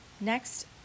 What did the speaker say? Next